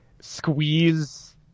squeeze